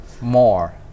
more